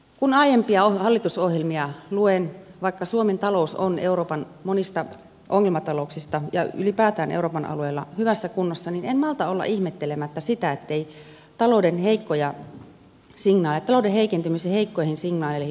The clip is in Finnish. kun aiempia hallitusohjelmia luen vaikka suomen talous on euroopan monista ongelmatalouksista ja ylipäätään euroopan alueella hyvässä kunnossa niin en malta olla ihmettelemättä sitä ettei talouden heikentymisen heikkoihin signaaleihin ole reagoitu